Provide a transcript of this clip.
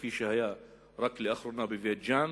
כפי שהיה רק לאחרונה בבית-ג'ן,